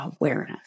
awareness